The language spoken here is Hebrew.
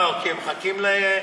לא, כי הם מחכים ל-flat.